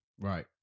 Right